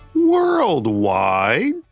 Worldwide